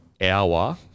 hour